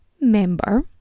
member